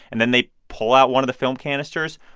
and then they pull out one of the film canisters,